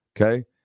okay